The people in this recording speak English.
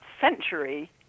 century